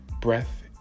breath